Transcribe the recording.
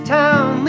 town